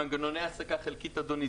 מנגנון העסקה חלקית לצערי,